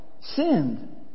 sinned